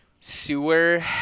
sewer